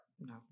no